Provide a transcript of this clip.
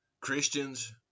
Christians